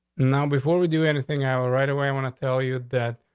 now, before we do anything, i will right away. i want to tell you that.